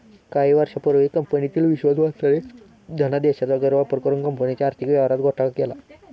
काही वर्षांपूर्वी कंपनीतील विश्वासू माणसाने धनादेशाचा गैरवापर करुन कंपनीच्या आर्थिक व्यवहारात घोटाळा केला